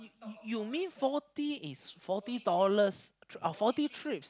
you you you mean forty is forty dollars oh forty trips